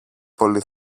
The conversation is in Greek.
πολύ